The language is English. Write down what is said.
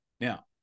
Now